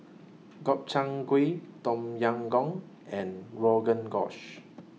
Gobchang Gui Tom Yam Goong and Rogan Josh